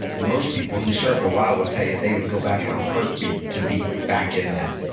and most people who served a while would tell you they would go back in a heartbeat to be back in that.